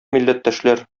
милләттәшләр